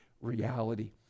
reality